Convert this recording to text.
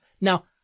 Now